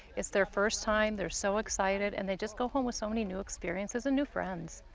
it's their first time, they're so excited and they just go home with so many new experiences and new friends.